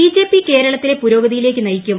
BJP കേരളത്തെ പുരോഗതിയിലേക്ക് നയിക്കും